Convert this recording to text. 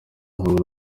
ahanwa